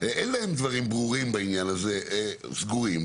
ברורים וסגורים.